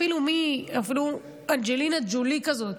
אפילו אנג'לינה ג'ולי כזאת,